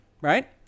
right